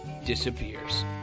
disappears